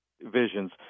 visions